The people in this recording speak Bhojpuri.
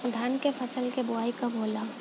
धान के फ़सल के बोआई कब होला?